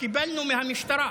שקיבלנו מהמשטרה,